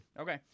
Okay